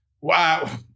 wow